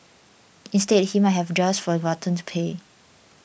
instead he might have just forgotten to pay